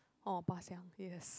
oh